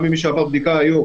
גם אם הוא עבר בדיקה היום,